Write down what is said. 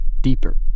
deeper